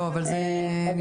לא, אבל זה לא נשמע טוב.